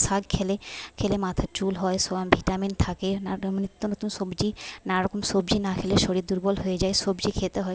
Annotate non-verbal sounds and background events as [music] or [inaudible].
শাক খেলে খেলে মাথার চুল হয় [unintelligible] ভিটামিন থাকে নানা [unintelligible] নিত্য নতুন সবজি নানা রকম সবজি না খেলে শরীর দুর্বল হয়ে যায় সবজি খেতে হয়